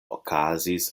okazis